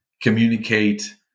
communicate